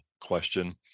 question